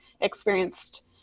experienced